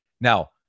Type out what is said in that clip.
Now